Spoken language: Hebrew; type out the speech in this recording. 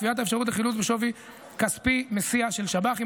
קביעת אפשרות לחילוט בשווי כלפי מסיע שב"חים